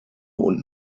und